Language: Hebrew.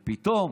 ופתאום,